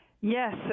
yes